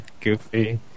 Goofy